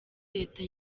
leta